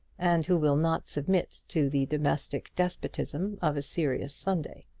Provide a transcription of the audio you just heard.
and who will not submit to the domestic despotism of a serious sunday.